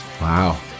wow